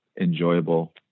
enjoyable